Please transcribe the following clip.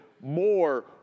more